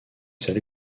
celle